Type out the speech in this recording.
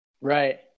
right